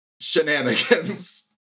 shenanigans